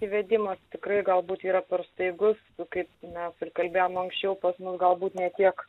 įvedimas tikrai galbūt yra per staigus kaip mes ir kalbėjom anksčiau pas mus galbūt ne tiek